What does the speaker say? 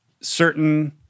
certain